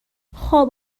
خواب